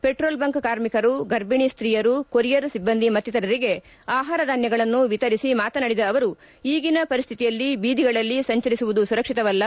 ಹೆಟ್ರೋಲ್ಬಂಕ್ ಕಾರ್ಮಿಕರು ಗರ್ಭಣಿ ಸ್ತೀಯರು ಕೊರಿಯರ್ ಸಿಬ್ಬಂದಿ ಮತ್ತಿತರರಿಗೆ ಆಹಾರ ಧಾನ್ಯಗಳನ್ನು ವಿತರಿಸಿ ಮಾತನಾಡಿದ ಅವರು ಈಗಿನ ಪರಿಸ್ಥಿತಿಯಲ್ಲಿ ಬೀದಿಗಳಲ್ಲಿ ಸಂಚರಿಸುವುದು ಸುರಕ್ಷಿತವಲ್ಲ